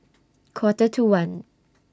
Quarter to one